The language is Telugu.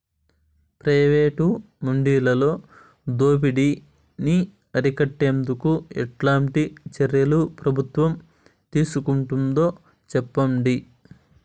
ప్రైవేటు మండీలలో దోపిడీ ని అరికట్టేందుకు ఎట్లాంటి చర్యలు ప్రభుత్వం తీసుకుంటుందో చెప్పండి?